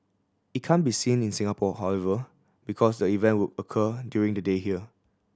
it can't be seen in Singapore however because the event will occur during the day here